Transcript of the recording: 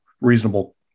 reasonable